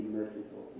merciful